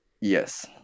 Yes